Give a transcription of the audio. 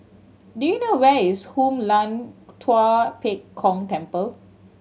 do you know where is Hoon Lam Tua Pek Kong Temple